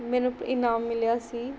ਮੈਨੂੰ ਇਨਾਮ ਮਿਲਿਆ ਸੀ